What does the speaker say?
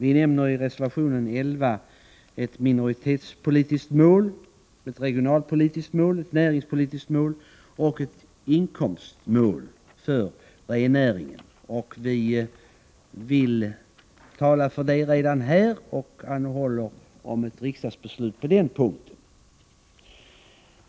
I reservation 11 nämner vi ett minoritetspolitiskt mål, ett regionalpolitiskt mål och ett näringspolitiskt mål samt ett inkomstmål för rennäringen. Vi talar för den saken här och anhåller om ett riksdagsbeslut.